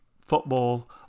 football